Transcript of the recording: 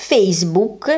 Facebook